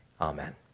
amen